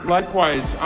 Likewise